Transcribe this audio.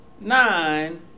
nine